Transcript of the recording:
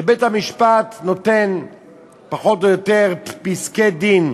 ובית-המשפט נותן פחות או יותר פסקי-דין,